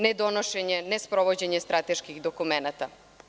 Ne donošenje, ne sprovođenje strateških dokumenata.